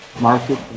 market